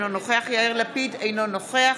אינו נוכח